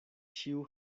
ĉiu